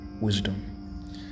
wisdom